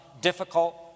difficult